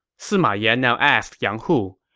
sima yan now asked yang hu,